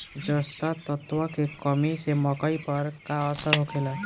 जस्ता तत्व के कमी से मकई पर का असर होखेला?